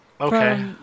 Okay